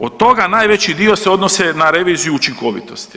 Od toga najveći dio se odnose na reviziju učinkovitosti.